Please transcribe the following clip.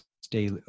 stay